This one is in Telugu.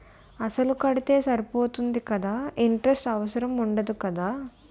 అసలు కడితే సరిపోతుంది కదా ఇంటరెస్ట్ అవసరం ఉండదు కదా?